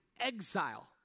exile